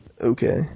Okay